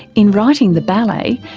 in writing the ballet,